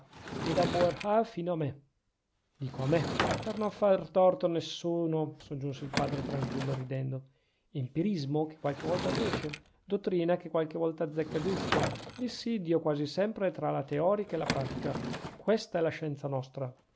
e da boerhaave fino a me dico a me per non far torto a nessuno soggiunse il padre tranquillo ridendo empirismo che qualche volta riesce dottrina che qualche volta azzecca giusto dissidio quasi sempre tra la teorica e la pratica questa è la scienza nostra